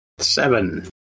Seven